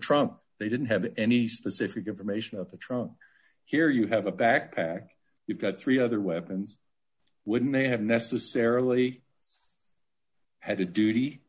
trunk they didn't have any specific information of the truck here you have a backpack you've got three other weapons wouldn't they have necessarily had a duty